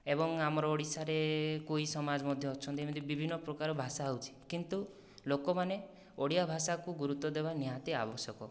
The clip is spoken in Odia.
ଏବଂ ଆମ ଓଡ଼ିଶାରେ କୁଇ ସମାଜ ମଧ୍ୟ ଅଛନ୍ତି ଏମିତି ବିଭିନ୍ନ ପ୍ରକାର ଭାଷା ଅଛି କିନ୍ତୁ ଲୋକମାନେ ଓଡ଼ିଆ ଭାଷାକୁ ଗୁରୁତ୍ୱ ଦେବା ନିହାତି ଆବଶ୍ୟକ